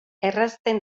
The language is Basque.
errazten